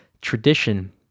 tradition